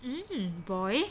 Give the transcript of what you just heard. boil